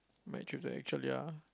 match to the actual ya